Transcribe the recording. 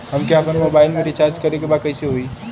हमके आपन मोबाइल मे रिचार्ज करे के बा कैसे होई?